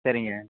சரிங்க